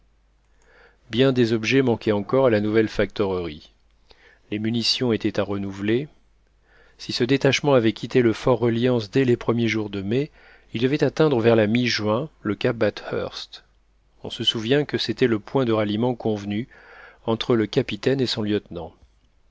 bien des objets manquaient encore à la nouvelle factorerie les munitions étaient à renouveler si ce détachement avait quitté le fort reliance dès les premiers jours de mai il devait atteindre vers la mi juin le cap bathurst on se souvient que c'était le point de ralliement convenu entre le capitaine et son lieutenant